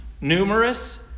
numerous